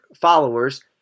followers